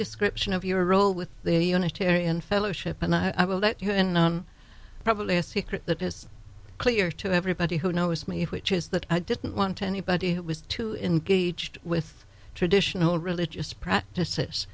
description of your role with the unitarian fellowship and i will let you in probably a secret that is clear to everybody who knows me which is that i didn't want anybody who was to engaged with traditional religious practices